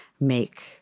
make